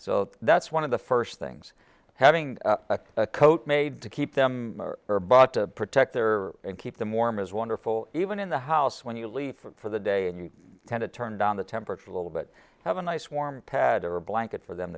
so that's one of the first things having a coat made to keep them there but to protect or keep them warm is wonderful even in the house when you leave for the day and you kind of turn down the temperature a little bit have a nice warm pad or a blanket for them